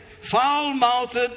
Foul-mouthed